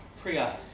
Priya